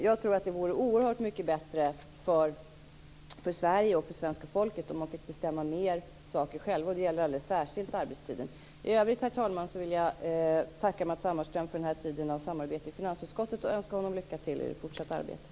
Jag tror att det vore oerhört mycket bättre för Sverige och för svenska folket om de fick bestämma om mer saker själva, och det gäller alldeles särskilt arbetstiden. I övrigt, herr talman, vill jag tacka Matz Hammarström för den här tiden av samarbete i finansutskottet och önska honom lycka till i det fortsatta arbetet.